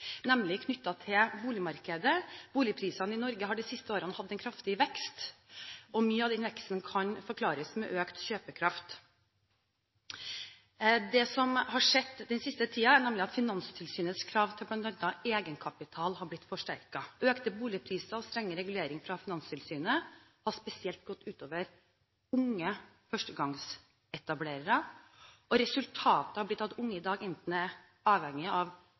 nemlig knyttet til boligmarkedet. Boligprisene i Norge har de siste årene hatt en kraftig vekst, og mye av den veksten kan forklares med økt kjøpekraft. Det som har skjedd den siste tiden, er nemlig at Finanstilsynets krav til bl.a. egenkapital har blitt forsterket. Økte boligpriser og strengere regulering fra Finanstilsynet har spesielt gått ut over unge førstegangsetablerere, og resultatet har blitt at unge i dag enten er avhengige av